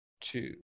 two